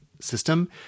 system